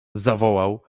zawołał